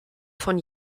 von